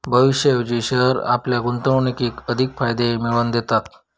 भविष्याऐवजी शेअर्स आपल्या गुंतवणुकीर अधिक फायदे मिळवन दिता